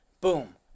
Boom